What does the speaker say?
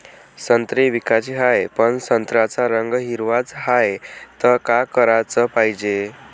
संत्रे विकाचे हाये, पन संत्र्याचा रंग हिरवाच हाये, त का कराच पायजे?